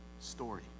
story